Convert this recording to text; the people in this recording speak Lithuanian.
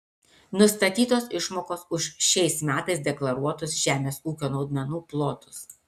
nustatytos išmokos už šiais metais deklaruotus žemės ūkio naudmenų plotus